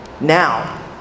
Now